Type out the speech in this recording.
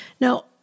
Now